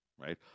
Right